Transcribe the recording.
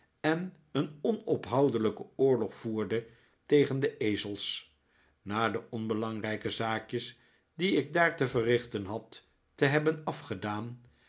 en een ononophoudelijken oorlog voerde tegen de ezels na de onbelangrijke zaakjes die ik daar te verrichten had te hebben afgedaan